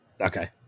Okay